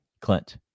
Clint